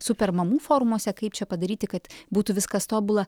super mamų formuose kaip čia padaryti kad būtų viskas tobula